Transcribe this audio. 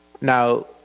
Now